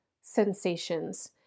sensations